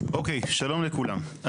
אוקיי, שלום לכולם.